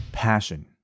passion